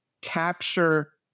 capture